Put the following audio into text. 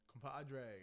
Compadre